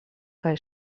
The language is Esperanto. kaj